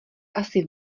asi